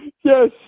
Yes